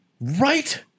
Right